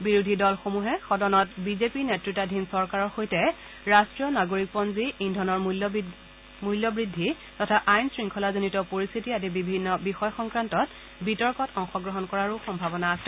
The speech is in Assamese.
বিৰোধী দলসমূহে সদনত বিজেপি নেতৃতাধীন চৰকাৰৰ সৈতে ৰাষ্ট্ৰীয় নাগিৰকপঞ্জী ইন্ধনৰ মূল্যবৃদ্ধি তথা আইন শৃংখলাজনিত পৰিস্থিতি আদি বিভিন্ন বিষয় সংক্ৰান্তত বিতৰ্কত অংশগ্ৰহণ কৰাৰো সম্ভাৱনা আছে